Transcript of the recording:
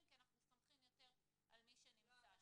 כי אנחנו סומכים יותר על מי שנמצא שם.